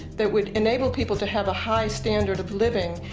that would enable people to have a high standard of living,